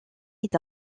est